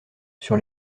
sur